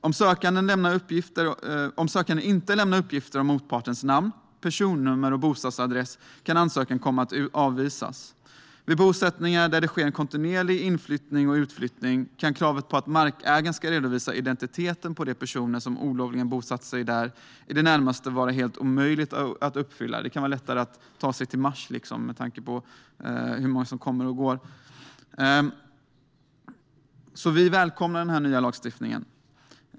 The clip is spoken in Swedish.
Om sökanden inte lämnar uppgifter om motpartens namn, personnummer och bostadsadress kan ansökan komma att avvisas. Vid bosättningar där det sker kontinuerlig inflyttning och utflyttning kan kravet på att markägaren ska redovisa identiteten på de personer som olovligen har bosatt sig där vara i det närmaste omöjligt att uppfylla. Det kan nästan vara lättare att ta sig till Mars, med tanke på hur många som kommer och går. Vi välkomnar alltså den nya lagstiftningen.